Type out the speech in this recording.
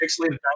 pixelated